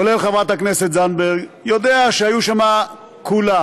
כולל חברת הכנסת זנדברג, יודע שהיו שם כולם,